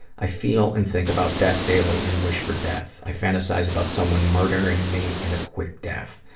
i feel and think about death daily and wish for death. i fantasize about someone murdering me in a quick death.